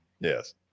Yes